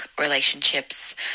relationships